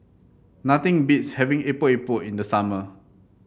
nothing beats having Epok Epok in the summer